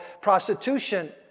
prostitution